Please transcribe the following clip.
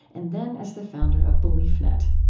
and then as the founder of beliefnet